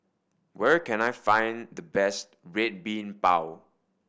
where can I find the best Red Bean Bao